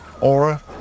aura